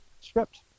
script